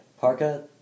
Parka